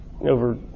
over